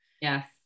yes